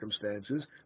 circumstances